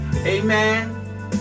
Amen